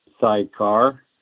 sidecar